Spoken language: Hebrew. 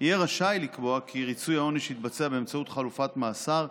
יהיה רשאי לקבוע כי ריצוי העונש יתבצע באמצעות חלופת מאסר,